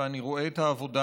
ואני רואה את העבודה.